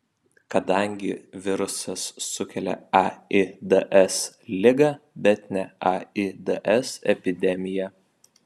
kadangi virusas sukelia aids ligą bet ne aids epidemiją